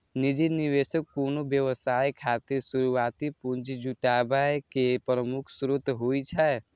निजी निवेशक कोनो व्यवसाय खातिर शुरुआती पूंजी जुटाबै के प्रमुख स्रोत होइ छै